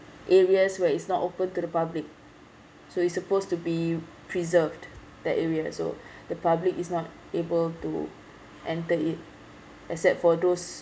areas where it's not open to the public so it's supposed to be preserved that area so the public is not able to enter it except for those